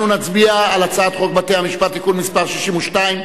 אנחנו נצביע על הצעת חוק בתי-המשפט (תיקון מס' 62)